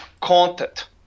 content